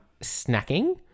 snacking